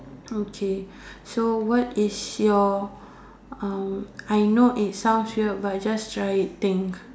okay so what is your uh I know it sounds weird but just try eating